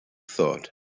thought